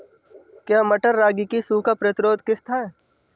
क्या मटर रागी की सूखा प्रतिरोध किश्त है?